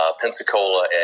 Pensacola